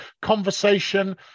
conversation